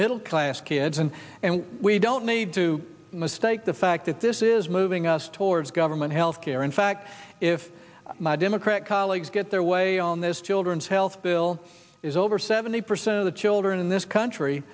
middle class kids and and we don't need to mistake the fact that this is moving us towards government health care in fact if my democrat colleagues get their way on this children's health bill is over seventy percent of the children in this country